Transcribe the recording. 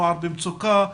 נוער במצוקה,